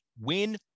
win